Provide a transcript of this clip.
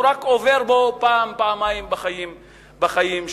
הוא רק עובר בו פעם פעמיים בחיים שלו.